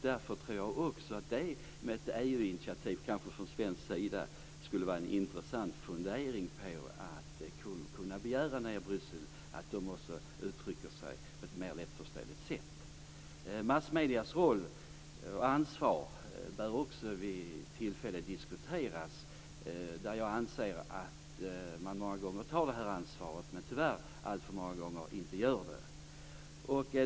Därför tror jag också att ett EU-initiativ från svensk sida skulle vara en intressant fundering på att begära att de i Bryssel också uttrycker sig på ett mer lättförståeligt sätt. Massmediernas roll och ansvar bör också vid tillfälle diskuteras. Jag anser att man många gånger tar ansvar men att man tyvärr alltför många gånger inte gör det.